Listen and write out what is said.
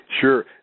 Sure